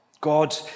God